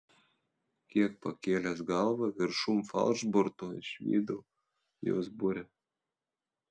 kiek pakėlęs galvą viršum falšborto išvydau jos burę